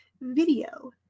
video